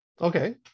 okay